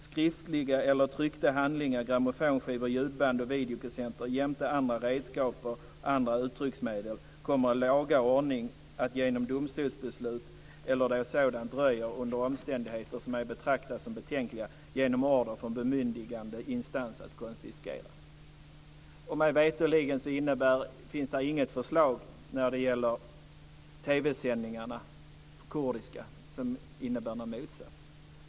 Skriftliga eller tryckta handlingar, grammofonskivor, ljudband och t.ex. video jämte andra redskap och andra uttrycksmedel kommer i laga ordning genom domstolsbeslut, eller där sådant dröjer under omständigheter som är att betrakta som betänkliga, genom order från bemyndigad instans att konfiskeras. Mig veterligen finns inga förslag i fråga om TV sändningarna på kurdiska som innebär något motsatt.